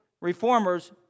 Reformers